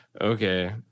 Okay